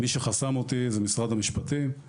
מי שחסמו אותי זה משרד המשפטים,